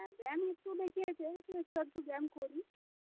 হ্যাঁ ব্যায়াম একটু দেখিয়েছেন ওই একটু আধটু ব্যায়াম করি